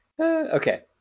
Okay